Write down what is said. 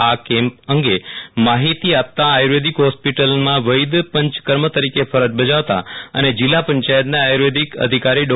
આ કેમ્પ અંગે માહિતી આપતા આયુર્વેદ હોસ્પિટલમાં વૈદ પંચકર્મ તરીકે ફરજ બજાવતા અને જિલ્લા પંચાયતના આયુર્વેદ અધિકારી ડો